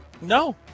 No